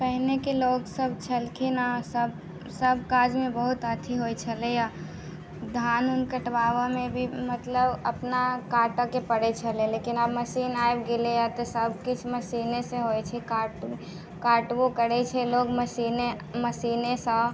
पहिनेके लोकसभ छलखिन हेँ ओसभ सभ काजमे बहुत अथि होइत छलैए धान उन कटवाबयमे भी मतलब अपना काटयके पड़ैत छलै लेकिन आब मशीन आबि गेलैए तऽ सभकिछु मशीनेसँ होइत छै काट काटबो करैत छै लोक मशीने मशीनेसँ